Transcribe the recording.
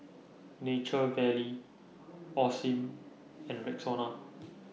Nature Valley Osim and Rexona